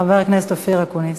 חבר הכנסת אופיר אקוניס,